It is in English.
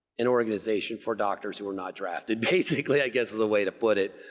an organization for doctors who were not drafted basically i guess is the way to put it.